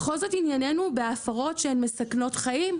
בכל זאת ענייננו הוא בהפרות שמסכנות חיים,